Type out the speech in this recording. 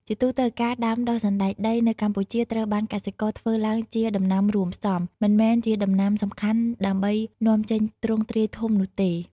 ជាទូទៅ ការដាំដុះសណ្តែកដីនៅកម្ពុជាត្រូវបានកសិករធ្វើឡើងជាដំណាំរួមផ្សំ មិនមែនជាដំណាំសំខាន់ដើម្បីនាំចេញទ្រង់ទ្រាយធំនោះទេ។